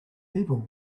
people